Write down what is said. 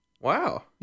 Wow